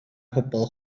bobl